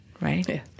right